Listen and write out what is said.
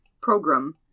Program